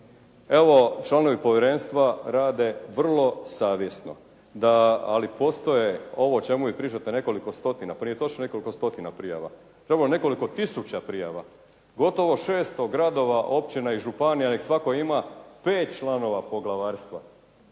evo članovi povjerenstva rade vrlo savjesno, ali postoje ovo o čemu vi pričate nekoliko stotina, nije točno nekoliko stotina, imamo nekoliko tisuća prijava. Gotovo 600 gradova, općina i županija neka svatko ima pet članova poglavarstva